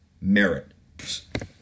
merit